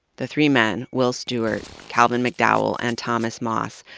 the three men, will stewart, calvin mcdowell, and thomas moss,